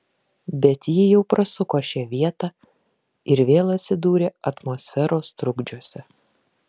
bet ji jau prasuko šią vietą ir vėl atsidūrė atmosferos trukdžiuose